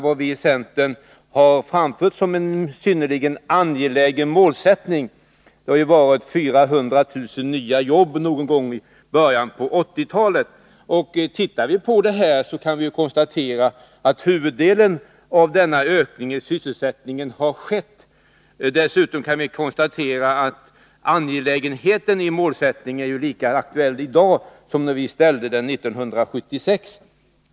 Vad viicentern framfört som en synnerligen angelägen målsättning har varit 400 000 nya jobb någon gång i början på 1980-talet. Vi kan nu konstatera att huvuddelen av denna ökning i sysselsättningen har skett. Dessutom kan vi konstatera att angelägenheten i målsättningen är lika aktuell i dag som när vi ställde upp den 1976.